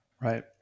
Right